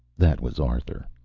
that was arthur.